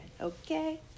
okay